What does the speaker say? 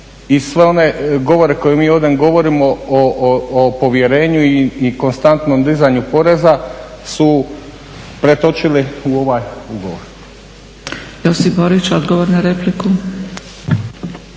i sve one govore koje mi ovdje govorimo o povjerenju i konstantnom dizanju poreza su pretočili u ovaj ugovor. **Zgrebec, Dragica